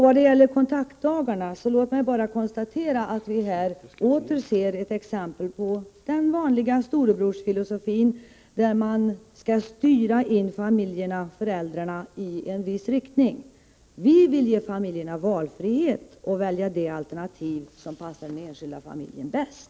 Vad gäller kontaktdagarna vill jag bara konstatera att vi här åter ser ett exempel på den vanliga storebrorsfilosofin, som går ut på att man skall styra föräldrarna i en viss riktning. Vi vill ge föräldrarna frihet att välja det alternativ som passar den enskilda familjen bäst.